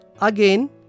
Again